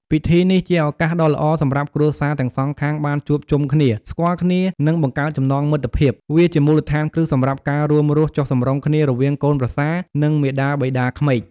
ពិធីនេះ ជាឱកាសដ៏ល្អសម្រាប់គ្រួសារទាំងសងខាងបានជួបជុំគ្នា ស្គាល់គ្នា និងបង្កើតចំណងមិត្តភាព វាជាមូលដ្ឋានគ្រឹះសម្រាប់ការរួមរស់ចុះសម្រុងគ្នារវាងកូនប្រសា និងមាតាបិតាក្មេក។